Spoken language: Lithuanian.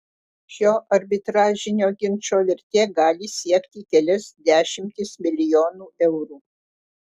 šio arbitražinio ginčo vertė gali siekti kelias dešimtis milijonų eurų